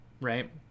right